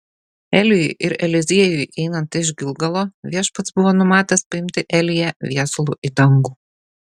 elijui ir eliziejui einant iš gilgalo viešpats buvo numatęs paimti eliją viesulu į dangų